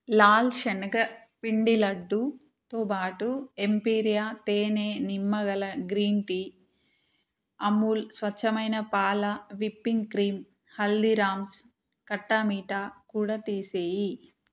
లాల్ శనగ పిండి లడ్డూతో పాటు ఎంపీరియా తేనె నిమ్మగల గ్రీన్ టీ అమూల్ స్వచ్చమైన పాల విప్పింగ్ క్రీమ్ హల్దీరామ్స్ ఖట్టా మీఠా కూడా తీసివేయి